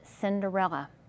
Cinderella